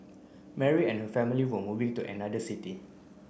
Mary and her family were moving to another city